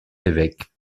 évêques